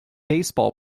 baseball